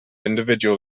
individual